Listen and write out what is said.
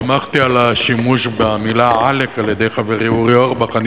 שמחתי על השימוש במלה עלֵק על-ידי חברי אורי אורבך.